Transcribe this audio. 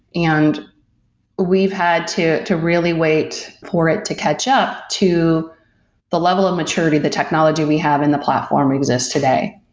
and we've had to to really wait for it to catch up to the level of maturity, the technology we have in the platform exists today.